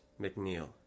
McNeil